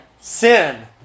Sin